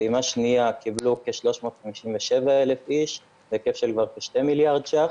בפעימה השנייה קיבלו כ-357,000 איש בהיקף של כ-2 מיליארד ש"ח.